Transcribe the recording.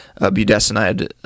budesonide